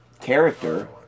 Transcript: character